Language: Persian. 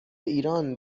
ایران